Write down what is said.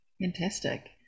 Fantastic